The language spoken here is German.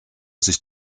sich